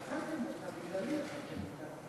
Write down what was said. אדוני היושב-ראש, כנסת נכבדה,